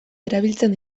erabiltzen